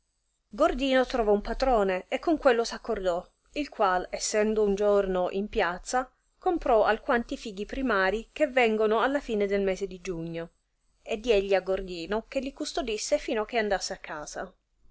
gordino trovò un patrone e con quello s'accordò il qual essendo un giorno in piazza comprò alquanti fighi primari che vengono alla fine del mese di giugno e diegli a gordino che li custodisse fino che andasse a casa